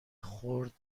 خرد